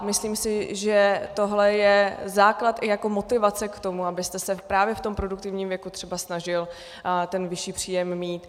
Myslím si, že tohle je základ i jako motivace k tomu, abyste se právě v produktivním věku třeba snažil vyšší příjem mít.